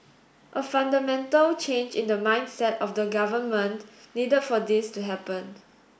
a fundamental change in the mindset of the government needed for this to happen